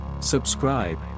Subscribe